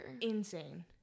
Insane